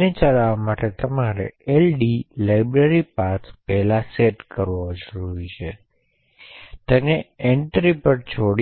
પછી rdtsc સૂચના તે ચોક્કસ ઘટનામાં ટાઇમસ્ટેમ્પ કાઉન્ટર